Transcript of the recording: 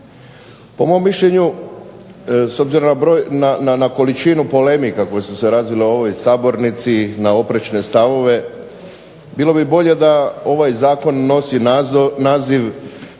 Po mom mišljenju s obzirom na količinu polemika koje su se razvile u ovoj sabornici na oprečne stavove, bilo bi bolje da ovaj zakon nosi naziv